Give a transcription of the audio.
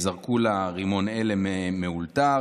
זרקו לה רימון הלם מאולתר,